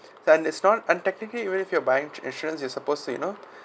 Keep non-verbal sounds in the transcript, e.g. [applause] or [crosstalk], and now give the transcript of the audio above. so it's not and technically even if you're buying insurance you are supposed to you know [breath]